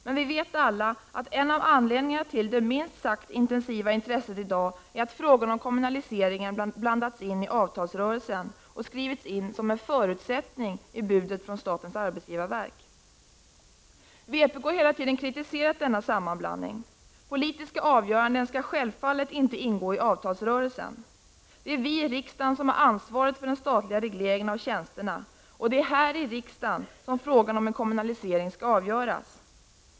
Men vi vet alla att en av anledningarna till det minst sagt intensiva intresset i dag är att frågan om kommunaliseringen blandats in i avtalsrörelsen och skrivits in som en ”förutsättning” i budet från statens arbetsgivarverk. Vpk har hela tiden kritiserat denna sammanblandning. Politiska avgöranden skall självfallet inte ingå i avtalsrörelsen. Det är vi i riksdagen som har ansvaret för den statliga regleringen av tjänsterna, och det är här i riksdagen som frågan om en kommunalisering skall avgöras.